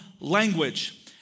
language